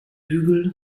hügel